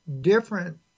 different